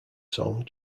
song